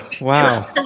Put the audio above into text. wow